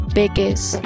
biggest